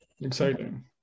Exciting